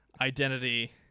identity